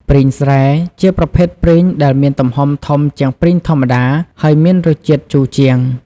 ព្រីងស្រែ ជាប្រភេទព្រីងដែលមានទំហំធំជាងព្រីងធម្មតា ហើយមានរសជាតិជូរជាង។